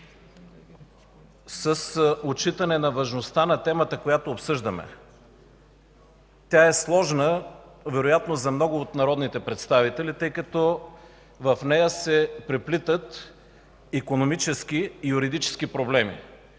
с отчитане важността на темата, която обсъждаме. Тя е сложна вероятно за много от народните представители, тъй като в нея се преплитат икономически и юридически проблеми.